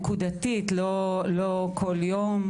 נקודתית, לא כל יום.